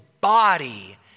body